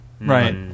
Right